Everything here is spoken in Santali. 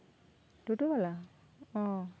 ᱴᱳᱴᱳ ᱵᱟᱞᱟ ᱚ